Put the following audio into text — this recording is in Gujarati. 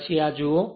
પછીથી આ જુઓ